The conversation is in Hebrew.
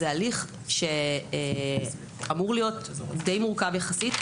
זה הליך שאמור להיות דיי מורכב יחסית,